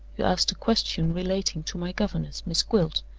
you asked a question relating to my governess, miss gwilt,